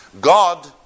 God